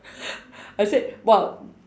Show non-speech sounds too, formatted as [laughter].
[laughs] I said !wow!